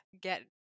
get